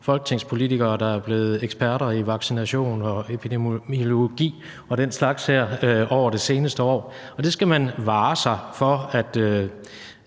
folketingspolitikere, der er blevet eksperter i vaccination og epidemiologi og den slags over det seneste år. Og man skal vare sig for at